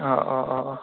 অঁ অঁ অঁ অঁ